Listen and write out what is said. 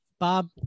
Bob